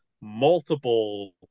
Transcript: multiple